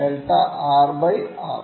delta r by r